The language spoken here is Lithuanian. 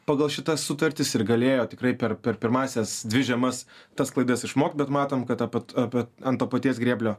pagal šita sutartis ir galėjo tikrai per pirmąsias dvi žiemas tas klaidas išmokt bet matome kad apie apie ant to paties grėblio